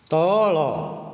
ତଳ